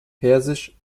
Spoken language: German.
persisch